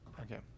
okay